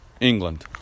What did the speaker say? England